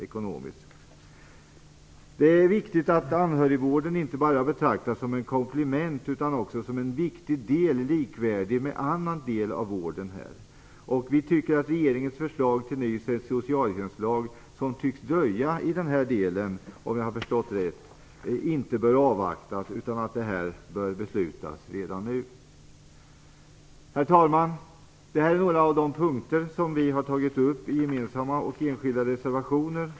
Det är viktigt att anhörigvården inte bara betraktas som ett komplement utan också som en viktig del, likvärdig med annan del av vården. Vi tycker inte att regeringens förslag till ny socialtjänstlag bör avvaktas - i den här delen kommer det att dröja, om jag har förstått det rätt. Vi anser därför att det här bör beslutas redan nu. Herr talman! Det här är några av de punkter som vi har tagit upp i gemensamma och enskilda reservationer.